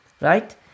right